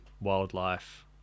wildlife